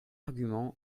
argument